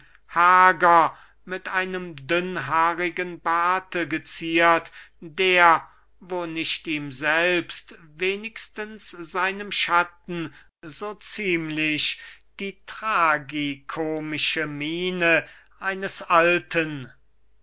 hager und mit einem dünnhaarigen barte geziert der wo nicht ihm selbst wenigstens seinem schatten so ziemlich die tragikomische miene eines alten